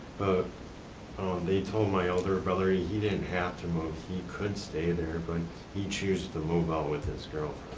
but they told my older brother he he didn't have to move, he could stay there, but he chose to move out with his